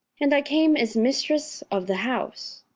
and i came as mistress of the house.